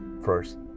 first